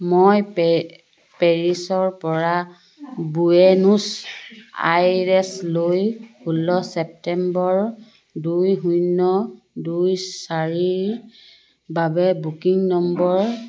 মই পেৰিছৰপৰা বুয়েনোছ আইৰেছলৈ ষোল্ল ছেপ্টেম্বৰ দুই শূন্য দুই চাৰিৰ বাবে বুকিং নম্বৰ